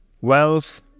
wealth